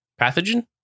Pathogen